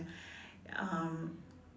um